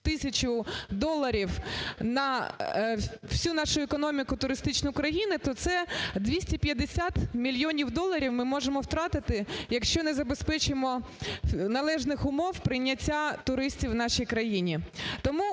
тисячу доларів на всю нашу економіку туристичної країни, то це 250 мільйонів доларів ми можемо втратити, якщо не забезпечимо належних умов прийняття туристів в нашій країні.